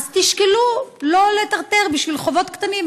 תשקלו שלא לטרטר את החיילים בשביל חובות קטנים.